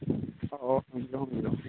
ꯑꯣ ꯍꯪꯕꯤꯎ ꯍꯪꯕꯤꯎ